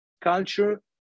Culture